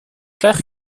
gleich